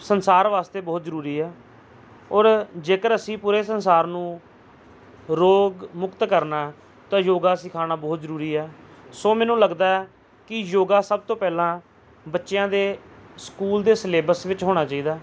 ਸੰਸਾਰ ਵਾਸਤੇ ਬਹੁਤ ਜ਼ਰੂਰੀ ਆ ਔਰ ਜੇਕਰ ਅਸੀਂ ਪੂਰੇ ਸੰਸਾਰ ਨੂੰ ਰੋਗ ਮੁਕਤ ਕਰਨਾ ਤਾਂ ਯੋਗਾ ਸਿਖਾਉਣਾ ਬਹੁਤ ਜ਼ਰੂਰੀ ਆ ਸੋ ਮੈਨੂੰ ਲੱਗਦਾ ਕਿ ਯੋਗਾ ਸਭ ਤੋਂ ਪਹਿਲਾਂ ਬੱਚਿਆਂ ਦੇ ਸਕੂਲ ਦੇ ਸਿਲੇਬਸ ਵਿੱਚ ਹੋਣਾ ਚਾਹੀਦਾ